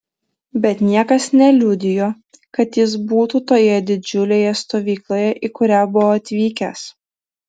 bet niekas neliudijo kad jis būtų toje didžiulėje stovykloje į kurią buvo atvykęs